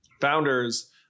founders